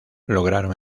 lograron